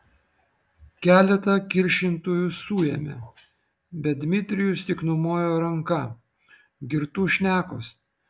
keletą kiršintojų suėmė bet dmitrijus tik numojo ranka girtų šnekos